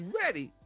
ready